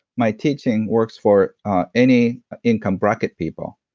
my teaching works for any income bracket people,